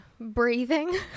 breathing